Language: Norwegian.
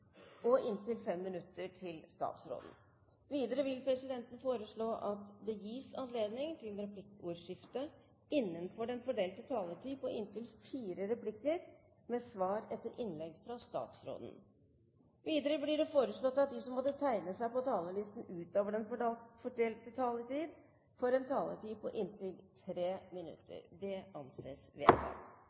og inntil 5 minutter til statsråden. Videre vil presidenten foreslå at det gis anledning til replikkordskifte på inntil fire replikker med svar etter innlegget fra statsråden innenfor den fordelte taletid. Videre blir det foreslått at de som måtte tegne seg på talerlisten utover den fordelte taletid, får en taletid på inntil 3 minutter. – Det anses vedtatt.